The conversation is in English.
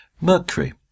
Mercury